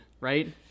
right